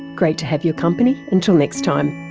great to have your company, until next time